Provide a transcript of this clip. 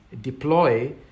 deploy